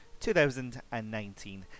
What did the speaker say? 2019